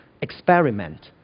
experiment